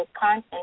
content